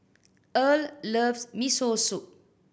Earl loves Miso Soup